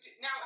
Now